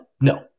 no